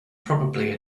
probably